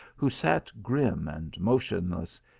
who sat grim and motionless,